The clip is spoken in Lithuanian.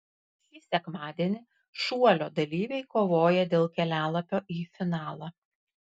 šį sekmadienį šuolio dalyviai kovoja dėl kelialapio į finalą